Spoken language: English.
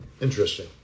Interesting